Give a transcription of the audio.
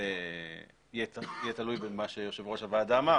זה יהיה תלוי במה שיושב ראש הוועדה אמר,